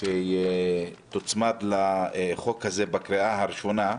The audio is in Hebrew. שתוצמד להצעת החוק הזו בקריאה הראשונה.